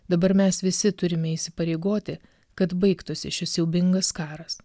dabar mes visi turime įsipareigoti kad baigtųsi šis siaubingas karas